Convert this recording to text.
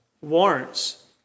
warrants